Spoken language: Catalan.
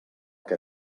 que